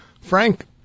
Frank